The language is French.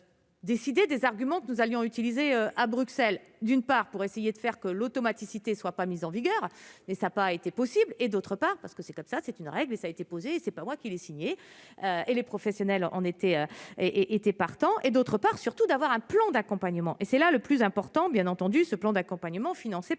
décider des arguments que nous allions utiliser à Bruxelles, d'une part, pour essayer de faire que l'automaticité soit pas mises en vigueur, mais ça a pas été possible et d'autre part parce que c'est comme ça, c'est une règle, mais ça a été posée, c'est pas moi qui l'ai signé et les professionnels, on était et était partant, et d'autre part surtout d'avoir un plan d'accompagnement, et c'est là le plus important, bien entendu, ce plan d'accompagnement, financé par le